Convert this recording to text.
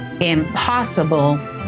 impossible